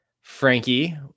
Frankie